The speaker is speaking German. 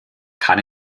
kann